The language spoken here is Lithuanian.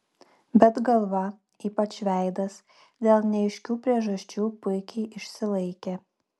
bet galva ypač veidas dėl neaiškių priežasčių puikiai išsilaikė